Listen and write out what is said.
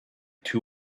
two